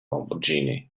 lamborghini